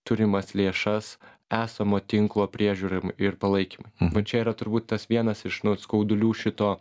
turimas lėšas esamo tinklo priežiūrai ir palaikymui va čia yra turbūt tas vienas iš nu skaudulių šito